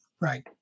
Right